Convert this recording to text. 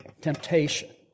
Temptation